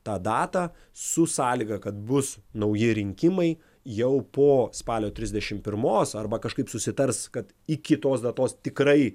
tą datą su sąlyga kad bus nauji rinkimai jau po spalio trisdešim pirmos arba kažkaip susitars kad iki tos datos tikrai